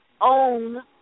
own